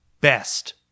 Best